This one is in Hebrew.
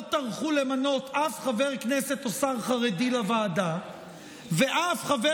טרחו למנות אף חבר כנסת או שר חרדי לוועדה ואף חבר